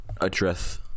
address